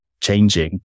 changing